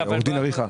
עורכת דין אריכא,